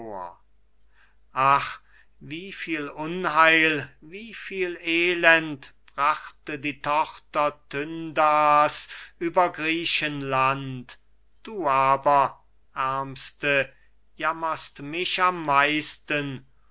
ach wie viel unheil wie viel elend brachte die tochter tyndars über griechenland du aber aermste jammerst mich am meisten